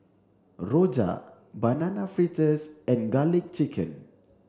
Rojak banana fritters and garlic chicken